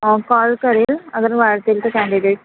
call करील अगर वाढतील तर कँडिडेट